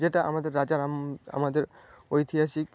যেটা আমাদের রাজারাম আমাদের ঐতিহাসিক